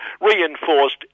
reinforced